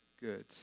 good